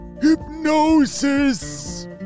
hypnosis